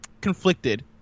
conflicted